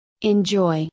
Enjoy